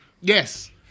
Yes